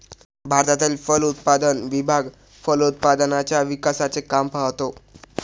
भारतातील फलोत्पादन विभाग फलोत्पादनाच्या विकासाचे काम पाहतो